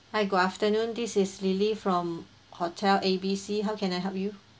hi good afternoon this is lily from hotel ABC how can I help you